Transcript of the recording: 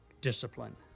discipline